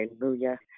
Hallelujah